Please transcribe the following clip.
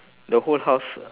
the whole house